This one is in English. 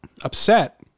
upset